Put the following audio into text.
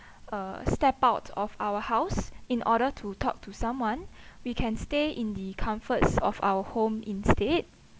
uh step out of our house in order to talk to someone we can stay in the comforts of our home instead